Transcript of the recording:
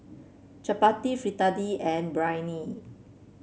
Chapati Fritada and Biryani